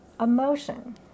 emotion